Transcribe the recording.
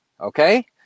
Okay